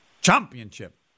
Championship